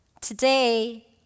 Today